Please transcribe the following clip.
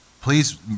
please